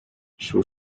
sue